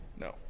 No